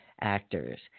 actors